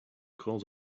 calls